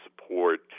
support